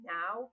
now